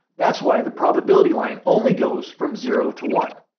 that's why the probability line and only goes from zero to one.